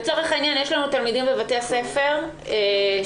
לצורך העניין, יש לנו תלמידים בבתי הספר שנדבקו.